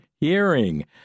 hearing